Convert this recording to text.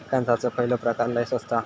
कणसाचो खयलो प्रकार लय स्वस्त हा?